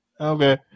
Okay